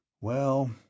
Well